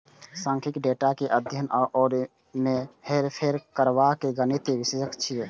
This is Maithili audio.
सांख्यिकी डेटा के अध्ययन आ ओय मे हेरफेर करबाक गणितीय विषय छियै